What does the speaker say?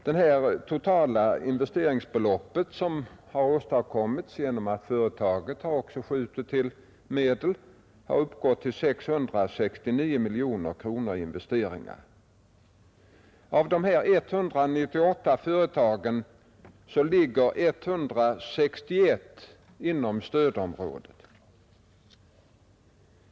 Det totala investeringsbelopp som har åstadkommits genom att företagen också har skjutit till medel har uppgått till 669 miljoner kronor. Av de 198 företagen ligger 161 inom stödområdet.